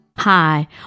Hi